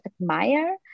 admire